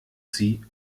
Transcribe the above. sie